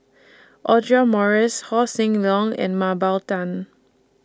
Audra Morrice Haw Shin Leong and Mah Bow Tan